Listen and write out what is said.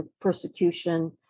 persecution